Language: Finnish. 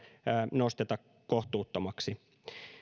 nosteta kohtuuttomaksi